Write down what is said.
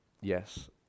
yes